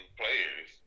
players